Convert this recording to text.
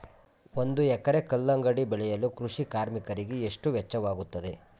ಒಂದು ಎಕರೆ ಕಲ್ಲಂಗಡಿ ಬೆಳೆಯಲು ಕೃಷಿ ಕಾರ್ಮಿಕರಿಗೆ ಎಷ್ಟು ವೆಚ್ಚವಾಗುತ್ತದೆ?